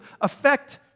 affect